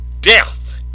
death